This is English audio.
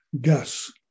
gas